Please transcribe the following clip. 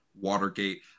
watergate